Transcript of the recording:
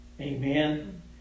Amen